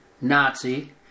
Nazi